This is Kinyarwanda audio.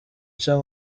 cha